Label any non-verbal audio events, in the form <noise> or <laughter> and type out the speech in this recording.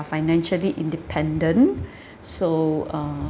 financially independent <breath> so uh